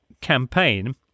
campaign